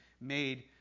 made